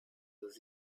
ist